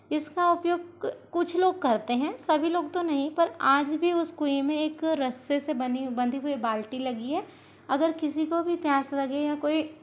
इसका उपयोग कुछ लोग करते हैं सभी लोग तो नहीं पर आज भी उस कुएँ में एक रस्से से बनी बंधी हुई एक बाल्टी लगी है अगर किसी को भी प्यास लगे या कोई